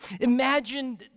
Imagine